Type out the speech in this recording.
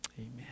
Amen